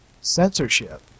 censorship